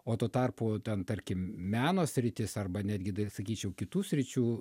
o tuo tarpu ten tarkim meno sritis arba net gi sakyčiau kitų sričių